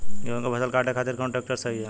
गेहूँक फसल कांटे खातिर कौन ट्रैक्टर सही ह?